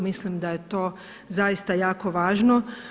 Mislim da je to zaista jako važno.